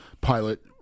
pilot